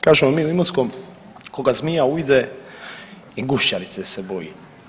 Kažemo mi u Imotskom „koga zmija ujide i gušćarice se boji“